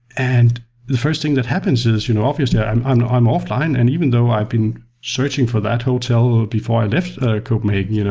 and the first thing that happens is, you know obviously, i'm and i'm offline and even though i've been searching for that hotel before i left copenhagen, you know